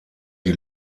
die